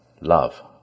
Love